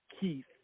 Keith –